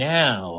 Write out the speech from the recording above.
now –